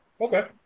Okay